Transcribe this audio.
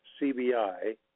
CBI